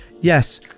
yes